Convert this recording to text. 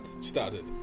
started